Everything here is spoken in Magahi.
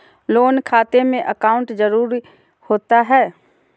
लोन खाते में अकाउंट जरूरी होता है?